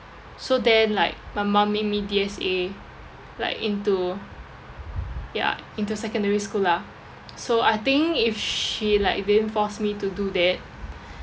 so then like my mum made me D_S_A like into ya into secondary school lah so I think if she didn't force me to do that